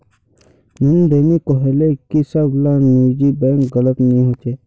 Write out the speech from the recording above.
नंदिनी कोहले की सब ला निजी बैंक गलत नि होछे